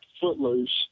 Footloose